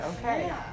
Okay